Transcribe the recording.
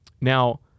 now